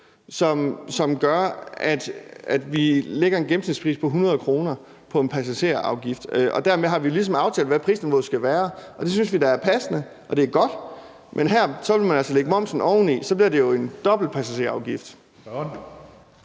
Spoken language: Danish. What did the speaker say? som gør, at vi lægger en gennemsnitspris på 100 kr. på en passagerafgift. Dermed har vi ligesom aftalt, hvad prisniveauet skal være, og det synes vi da er passende, og det er godt. Men her vil man altså lægge momsen oveni. Så bliver det jo en dobbelt passagerafgift.